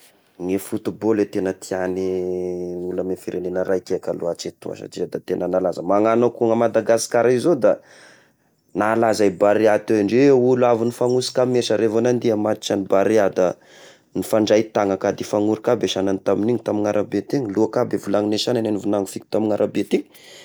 Ny football tegna tiagny olo amy firenena ray ty ka loatry toa satria da tegna malaza, magnano akoa na Madagasikara io zao da nalaza i Barea teo ndreo olo avy, nifagnosy taminy sareo vao nandiha match any Barea da nifandray tany akady, nifanoroka aby isagna tamin'igny, tamin'ny arabe tegny, loaka aby vilagny sagna nanaovagna fety tamin'arabe te.